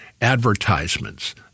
advertisements